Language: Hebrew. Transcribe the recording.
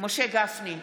משה גפני,